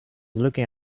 looking